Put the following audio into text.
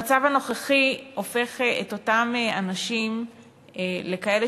המצב הנוכחי הופך את אותם אנשים לכאלה